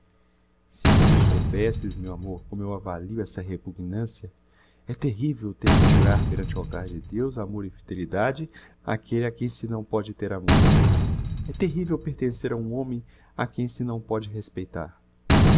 se tu soubesses meu amor como eu avalio essa repugnancia é terrivel o ter que jurar perante o altar de deus amor e fidelidade áquelle a quem se não pode ter amor é terrivel o pertencer a um homem a quem se não pode respeitar